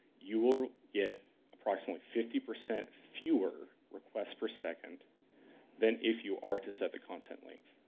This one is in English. you will get approximately fifty percent fewer requests per second then if you are to set the content-length.